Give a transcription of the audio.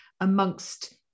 amongst